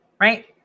right